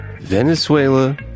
Venezuela